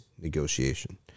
negotiation